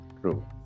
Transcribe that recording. True